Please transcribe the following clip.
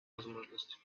возможность